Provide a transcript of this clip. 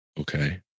Okay